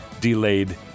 delayed